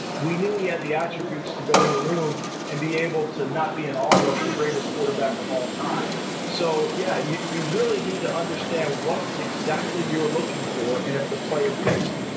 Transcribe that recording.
we knew he had the attributes to go in a room and be able to not be in awe of the greatest quarterback of all time so, yeah, you you really need to understand what so exactly you're looking for and if the player fits,